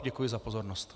Děkuji za pozornost.